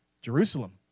Jerusalem